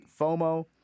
FOMO